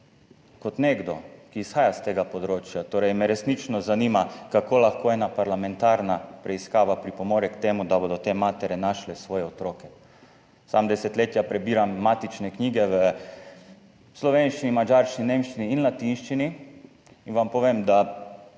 kot nekdo, ki izhaja s tega področja, me resnično zanima, kako lahko ena parlamentarna preiskava pripomore k temu, da bodo te matere našle svoje otroke. Sam desetletja prebiram matične knjige v slovenščini, madžarščini, nemščini in latinščini in vam povem, da